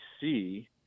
see